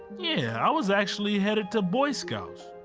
yeah, i was actually headed to boy scouts.